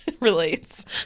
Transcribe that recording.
relates